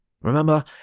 Remember